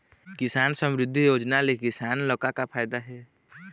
किसान समरिद्धि योजना ले किसान ल का का फायदा हे?